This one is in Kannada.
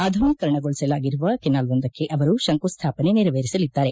ಆಧುನೀಕರಣಗೊಳಿಸಲಾಗಿರುವ ಕೆನಾಲ್ವೊಂದಕ್ಕೆ ಅವರು ಶಂಕುಸ್ಥಾಪನೆ ನೆರವೇರಿಸಲಿದ್ದಾರೆ